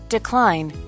Decline